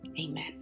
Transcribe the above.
Amen